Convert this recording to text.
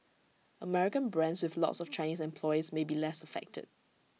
American brands with lots of Chinese employees may be less affected